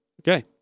Okay